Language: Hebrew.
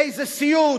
איזה סיוט,